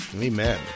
Amen